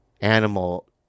animal